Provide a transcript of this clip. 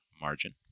margin